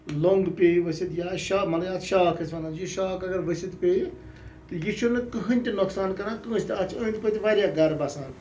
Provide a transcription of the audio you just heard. لنٛگ پیٚیہِ ؤسِتھ یا شا مطلب یَتھ شاخ أسۍ وَنان چھِ یہِ شاخ اگر ؤسِتھ پیٚیہِ تہٕ یہِ چھُنہٕ کٕہٕنۍ تہِ نۄقصان کَران کٲنٛسہِ تہِ اَتھ چھِ أنٛدۍ پٔتۍ واریاہ گَرٕ بَسان